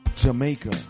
Jamaica